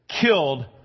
killed